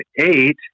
eight